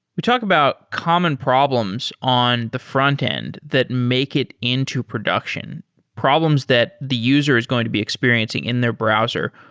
we talk about common problems on the frontend that make it into production, problems that the user is going to be experiencing in their browser.